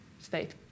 state